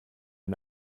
ein